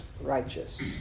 righteous